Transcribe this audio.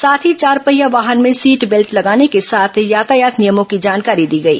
साथ ही चारपहिया वाहन में सीट बेल्ट लगाने के साथ यातायात नियमों की जानकारी दी गई